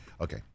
Okay